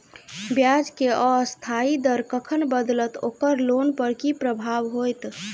ब्याज केँ अस्थायी दर कखन बदलत ओकर लोन पर की प्रभाव होइत?